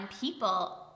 people